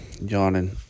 Yawning